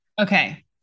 Okay